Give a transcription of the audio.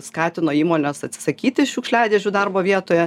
skatino įmones atsisakyti šiukšliadėžių darbo vietoje